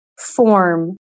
form